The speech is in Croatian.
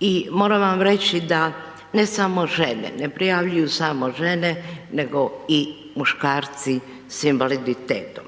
I moram vam reći da ne samo žene, ne prijavljuju samo žene nego i muškarci sa invaliditetom.